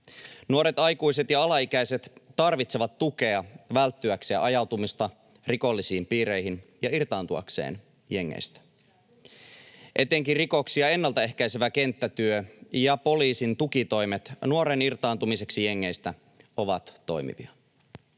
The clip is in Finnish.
Nuoret aikuiset ja alaikäiset tarvitsevat tukea välttyäkseen ajautumasta rikollisiin piireihin ja irtaantuakseen jengeistä. Etenkin rikoksia ennalta ehkäisevä kenttätyö ja poliisin tukitoimet nuoren irtaantumiseksi jengeistä ovat toimivia.